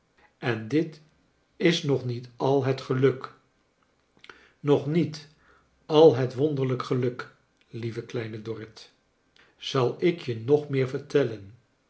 en dit is nog niet al het geluk nog niet al het wonderlijk geluk lieve kleine dorrit zal ik je nog meer vertellen